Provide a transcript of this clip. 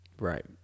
Right